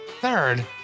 Third